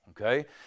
Okay